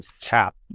cap